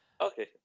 Okay